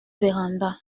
véranda